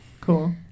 Cool